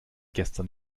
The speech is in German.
gestern